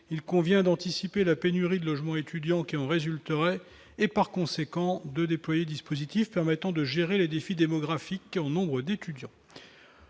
il convient d'anticiper la pénurie de logements étudiants qui en résulteraient, et par conséquent de déployé dispositif permettant de gérer les défis démographiques en nombre d'étudiants,